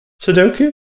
Sudoku